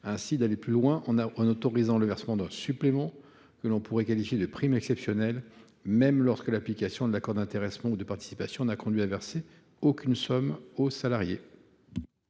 d’aller plus loin en autorisant le versement d’un « supplément », que l’on pourrait qualifier de prime exceptionnelle, même lorsque l’application de l’accord d’intéressement ou de participation n’a conduit à verser aucune somme aux salariés.